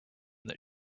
that